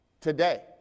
Today